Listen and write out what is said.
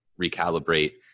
recalibrate